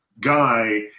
guy